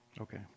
Okay